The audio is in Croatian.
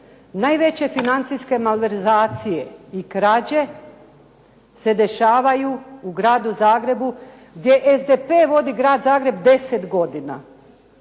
najveće financijske malverzacije i krađe se dešavaju u gradu Zagrebu gdje SDP vodi grad Zagreb 10 godina.